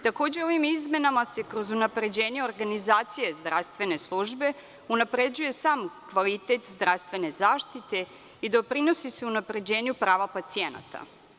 Takođe, ovim izmenama se kroz unapređenje organizacije zdravstvene službe unapređuje sam kvalitet zdravstvene zaštite i doprinosi se unapređenju prava pacijenata.